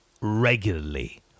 regularly